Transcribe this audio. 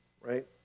right